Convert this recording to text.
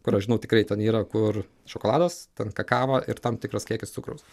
kur aš žinau tikrai ten yra kur šokoladas ten kakava ir tam tikras kiekis cukraus